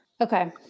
Okay